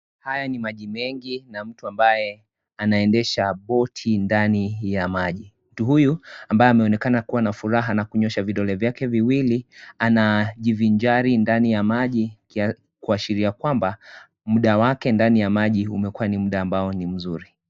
Haya ni maji mengi na mtu ambaye anaendesha boti ndani ya maji, mtu huyu ambaye anaonekana furaha na kunyosha vidole vyake viwili anajivinjari ndani ya maji, kuashiria kwamba mda wake ndani ya maji umekuwa ni mda ambao ni mzuri.